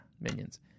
minions